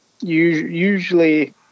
usually